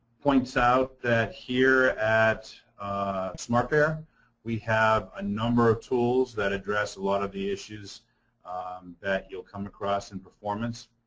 points out that here at smartbear we have a number of tools that address a lot of the issues that you'll come across in performance,